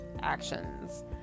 actions